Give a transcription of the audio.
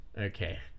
okay